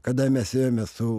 kada mes ėjome su